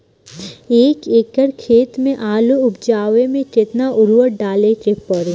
एक एकड़ खेत मे आलू उपजावे मे केतना उर्वरक डाले के पड़ी?